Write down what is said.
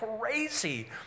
crazy